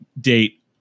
date